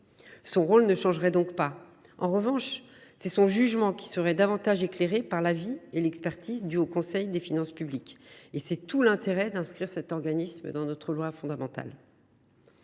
Son rôle ne changerait donc pas. En revanche, son jugement serait éclairé par l’avis et l’expertise du Haut Conseil des finances publiques. C’est tout l’intérêt d’inscrire cet organisme dans la loi fondamentale.